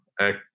act